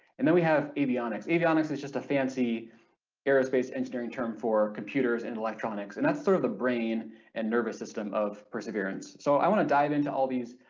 and then we have avionics, avionics is just a fancy aerospace engineering term for computers and electronics and that's sort of the brain and nervous system of perseverance. so i want to dive into all these